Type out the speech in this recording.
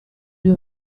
due